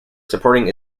supporting